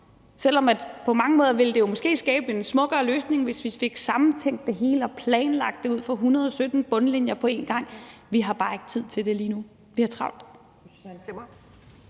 ville det måske skabe en smukkere løsning, hvis vi fik sammentænkt det hele og planlagt det ud fra hundrede sytten bundlinjer på en gang, men vi har bare ikke tid til det lige nu. Vi har travlt.